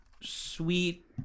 sweet